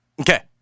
Okay